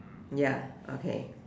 ya okay